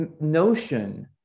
notion